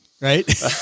Right